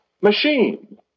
Machine